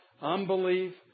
unbelief